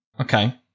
Okay